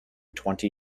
twenty